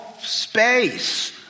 space